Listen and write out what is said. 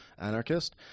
Anarchist